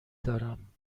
دارم